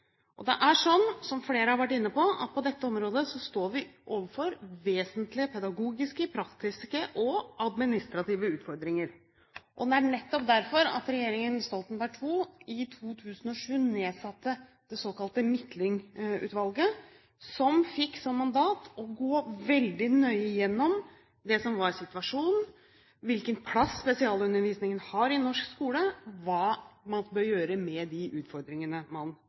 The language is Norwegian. Det er sånn, som flere har vært inne på, at på dette området står vi overfor vesentlige pedagogiske, praktiske og administrative utfordringer. Det er nettopp derfor regjeringen Stoltenberg II i 2007 nedsatte det såkalte Midtlyng-utvalget, som fikk som mandat å gå veldig nøye igjennom det som var situasjonen: hvilken plass spesialundervisningen har i norsk skole, og hva man bør gjøre med de utfordringene man